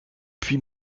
puis